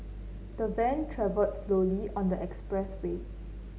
the van travelled slowly on the expressway